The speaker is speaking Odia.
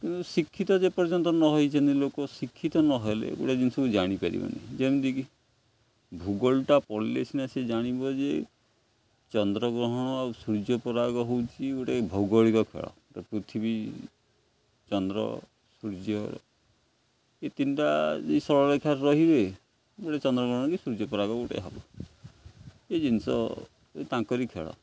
କିନ୍ତୁ ଶିକ୍ଷିତ ଯେପର୍ଯ୍ୟନ୍ତ ନ ହେଇଛନ୍ତି ଲୋକ ଶିକ୍ଷିତ ନହେଲେ ଗୋଟେ ଜିନିଷକୁ ଜାଣିପାରିବାନି ଯେମିତିକି ଭୂଗୋଳଟା ପଡ଼ିଲେ ସିନା ସେ ଜାଣିବ ଯେ ଚନ୍ଦ୍ରଗ୍ରହଣ ଆଉ ସୂର୍ଯ୍ୟ ପରାଗ ହେଉଛି ଗୋଟେ ଭୌଗୋଳିକ ଖେଳ ଗୋଟେ ପୃଥିବୀ ଚନ୍ଦ୍ର ସୂର୍ଯ୍ୟ ଏ ତିନିଟା ଯେ ସରଳରେଖାରେ ରହିବେ ଗୋଟେ ଚନ୍ଦ୍ରଗ୍ରହଣ କି ସୂର୍ଯ୍ୟ ପରାଗ ଗୋଟେ ହବ ଏ ଜିନିଷ ତାଙ୍କରି ଖେଳ